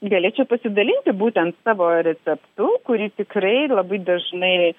galėčiau pasidalinti būtent savo receptu kurį tikrai labai dažnai